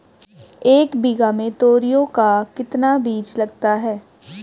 एक बीघा में तोरियां का कितना बीज लगता है?